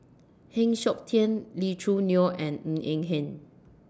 Heng Siok Tian Lee Choo Neo and Ng Eng Hen